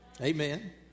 Amen